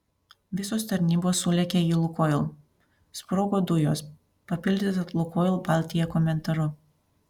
visos tarnybos sulėkė į lukoil sprogo dujos papildyta lukoil baltija komentaru